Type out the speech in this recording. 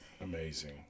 Amazing